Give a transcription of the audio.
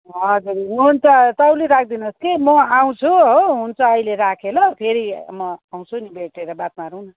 हजुर हुन्छ तौली राखिदिनुहोस् कि म आउँछु हो हुन्छ अहिले राखेँ ल फेरि म आउँछु नि भेटेर बात मारौँ न